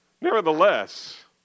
nevertheless